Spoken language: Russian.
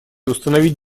установить